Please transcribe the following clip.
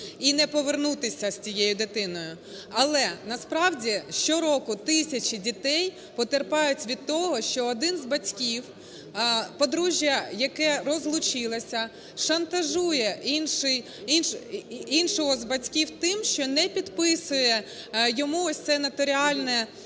і не повернутися з цією дитиною. Але, насправді, щороку тисячі дітей потерпають від того, що один з батьків, подружжя, яке розлучилося, шантажує іншого з батьків тим, що не підписує йому ось це нотаріальне…